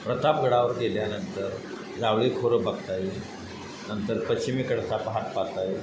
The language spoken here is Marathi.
प्रतापगडावर गेल्यानंतर जावळी खोरं बघता येईल नंतर पश्चिमेकडचा घाट पाहता येईल